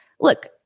look